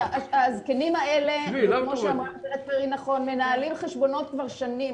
הזקנים האלה כמו שאמרה גברת פרי נכון מנהלים חשבונות כבר שנים,